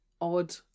odd